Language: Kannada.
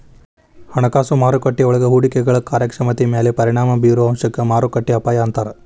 ಹಣಕಾಸು ಮಾರುಕಟ್ಟೆಯೊಳಗ ಹೂಡಿಕೆಗಳ ಕಾರ್ಯಕ್ಷಮತೆ ಮ್ಯಾಲೆ ಪರಿಣಾಮ ಬಿರೊ ಅಂಶಕ್ಕ ಮಾರುಕಟ್ಟೆ ಅಪಾಯ ಅಂತಾರ